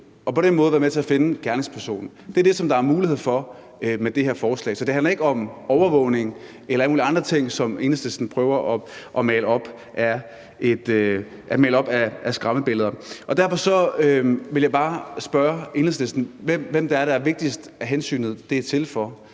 være med til at finde gerningspersonen. Det er det, som der er mulighed for med det her forslag. Så det handler ikke om overvågning eller alle mulige andre ting, som Enhedslisten prøver at male op som skræmmebilleder. Derfor vil jeg bare spørge Enhedslisten, hvem det er vigtigst hensynet er til for.